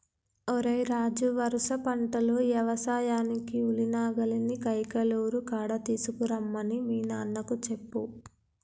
ఓరై రాజు వరుస పంటలు యవసాయానికి ఉలి నాగలిని కైకలూరు కాడ తీసుకురమ్మని మీ నాన్నకు చెప్పు